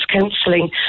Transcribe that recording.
counselling